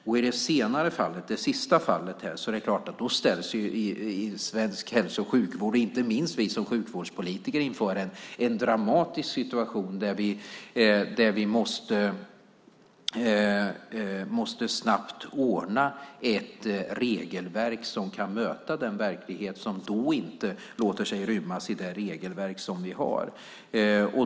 Om det är det sista fallet är det klart att svensk hälso och sjukvård och inte minst vi sjukvårdspolitiker ställs inför en dramatisk situation där vi snabbt måste ordna ett regelverk som kan möta den verklighet som då inte låter sig rymmas i det regelverk som vi har.